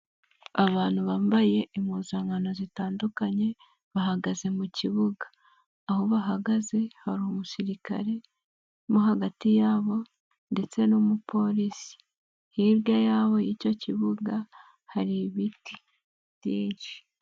Abantu bambaye impuzankano zitandukanye bahagaze mu kibuga aho bahagaze hari umusirikare wo hagati yabo ndetse n'umupolisi, hirya y'aho y'icyo kibuga hari ibiti byinshi.